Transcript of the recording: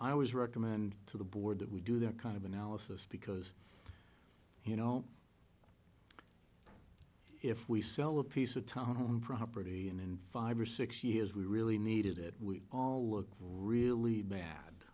i always recommend to the board that we do that kind of analysis because you know if we sell a piece of town property and in five or six years we really needed it we look really bad